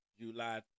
July